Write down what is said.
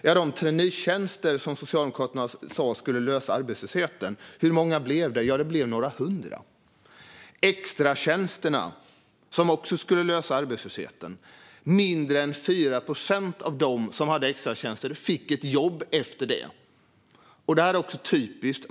När det gäller de traineetjänster som Socialdemokraterna sa skulle lösa arbetslösheten, hur många blev det? Jo, några hundra. När det gäller extratjänsterna, som också skulle lösa arbetslösheten, var det mindre än 4 procent av dem som hade extratjänster som fick ett jobb efter det. Detta är typiskt.